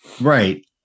Right